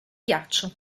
ghiaccio